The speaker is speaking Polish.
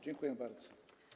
Dziękuję bardzo.